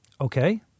Okay